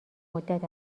مدت